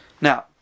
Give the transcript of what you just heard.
now